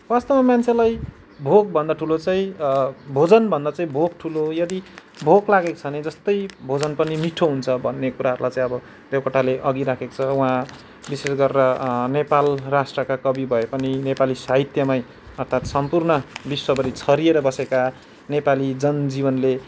वास्तवमा मान्छेलाई भोकभन्दा ठुलो चाहिँ भोजनभन्दा चाहिँ भोक ठुलो यदि भोक लागेको छ भने जस्तै भोजन पनि मिठो हुन्छ भन्ने कुराहरूलाई चाहिँ अब देवकोटाले अघि राखेको छ उहाँ विशेष गरेर नेपाल राष्ट्रका कवि भए पनि नेपाली साहित्यमै अर्थात सम्पूर्ण विश्वभरि छरिएर बसेका नेपाली जनजीवनले